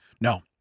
No